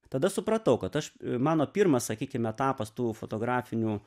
tada supratau kad aš mano pirmas sakykim etapas tų fotografinių